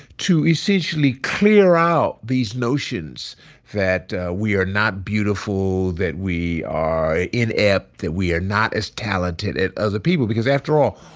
to essentially clear out these notions that we are not beautiful, that we are inept, that we are not as talented as other people, because after all,